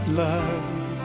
love